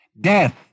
Death